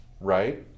right